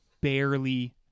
barely